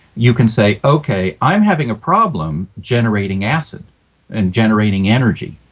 you can say okay i'm having a problem generating acid and generating energy.